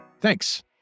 Thanks